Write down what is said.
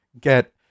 get